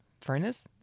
furnace